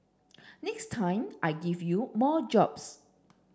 next time I give you more jobs